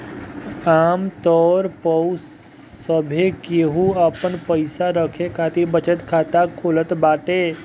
आमतौर पअ सभे केहू आपन पईसा रखे खातिर बचत खाता खोलत बाटे